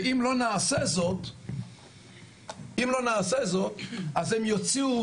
ואם לא נעשה זאת אז הם יוציאו